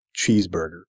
cheeseburger